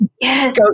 Yes